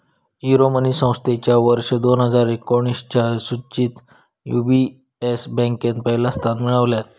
Euromoney संस्थेच्या वर्ष दोन हजार एकोणीसच्या सुचीत यू.बी.एस बँकेन पहिला स्थान मिळवल्यान